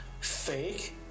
fake